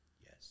Yes